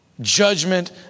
judgment